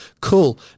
cool